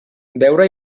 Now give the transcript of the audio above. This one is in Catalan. veure